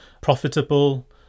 profitable